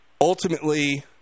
ultimately